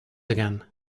again